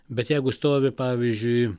bet jeigu stovi pavyzdžiui